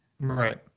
Right